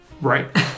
Right